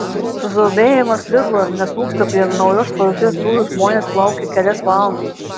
susidomėjimas lidl neslūgsta prie naujos parduotuvės durų žmonės laukė kelias valandas